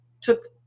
took